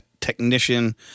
technician